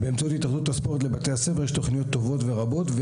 באמצעות התאחדות הספורט לבתי הספר יש תוכניות טובות ורבות,